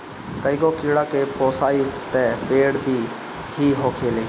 कईगो कीड़ा के पोसाई त पेड़ पे ही होखेला